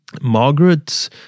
Margaret